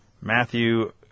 Matthew